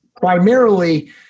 Primarily